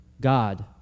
God